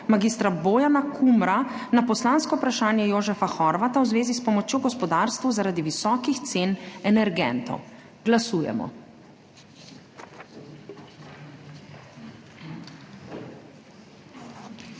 mag. Bojana Kumra na poslansko vprašanje Jožefa Horvata v zvezi s pomočjo gospodarstvu zaradi visokih cen energentov. Glasujemo.